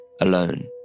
alone